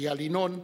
איל ינון,